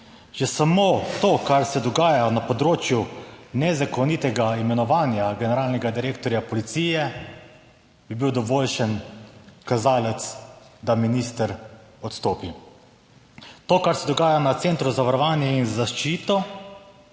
Že samo to, kar se dogaja na področju nezakonitega imenovanja generalnega direktorja policije. Bi bil dovoljšen kazalec, da minister odstopi. To kar se dogaja na Centru za varovanje in zaščito?